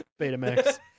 Betamax